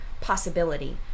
possibility